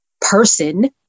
person